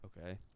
Okay